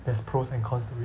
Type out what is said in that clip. there's pros and cons to it